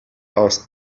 asked